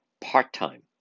part-time